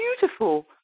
beautiful